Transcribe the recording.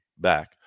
back